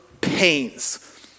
pains